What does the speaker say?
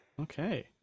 okay